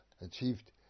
achieved